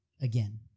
again